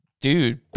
dude